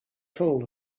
told